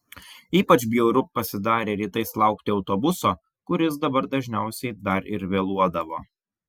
ypač bjauru pasidarė rytais laukti autobuso kuris dabar dažniausiai dar ir vėluodavo